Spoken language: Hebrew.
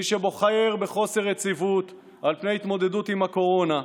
מי שבוחר בחוסר יציבות על פני התמודדות עם הקורונה,